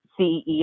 CEO